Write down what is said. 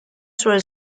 sobre